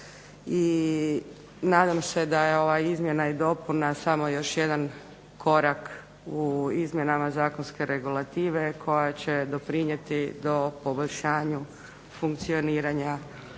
i nadam se da je ova izmjena i dopuna samo još jedan korak u izmjenama zakonske regulative koja će doprinijeti poboljšanju funkcioniranja